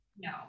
no